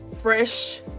fresh